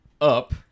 up